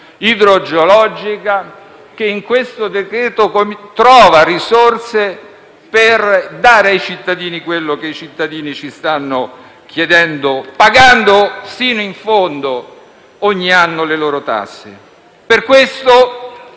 idrogeologica. E il decreto trova risorse per dare ai cittadini ciò che ci stanno chiedendo pagando fino in fondo ogni anno le loro tasse. Per questo